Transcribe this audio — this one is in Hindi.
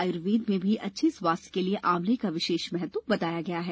आयुर्वेद में भी अच्छे स्वास्थ्य के लिये आंवले का विशेष महत्व बताया गया है